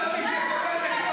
נו, באמת.